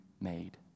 made